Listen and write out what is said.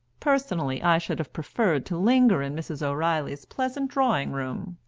personally i should have preferred to linger in mrs. o'reilly's pleasant drawing-room,